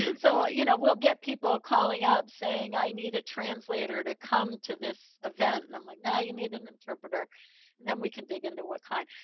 and so, you know, we'll get people calling up saying, i need a translator to come to this event. and i'm like, no, you need an interpreter. and then we can dig into what kind.